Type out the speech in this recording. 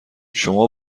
شما